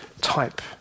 type